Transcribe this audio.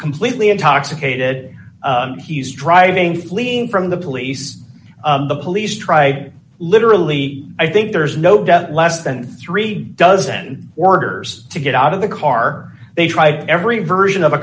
completely intoxicated he's driving fleeing from the police the police try literally i think there's no doubt less than three dozen orders to get out of the car they tried every version of a